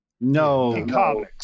No